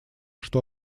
что